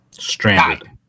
Stranded